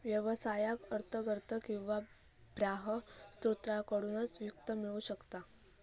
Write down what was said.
व्यवसायाक अंतर्गत किंवा बाह्य स्त्रोतांकडसून वित्त मिळू शकता